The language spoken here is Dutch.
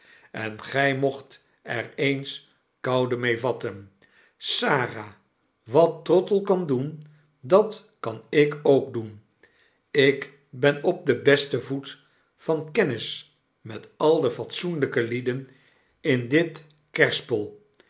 en gy mocht er eens koude mee vatten sarah wat trottle kan doen dat kan ik ook doen ik ben op den besten voet van kennis met al de fatsoenlpe lieden in dit kerspel